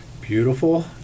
beautiful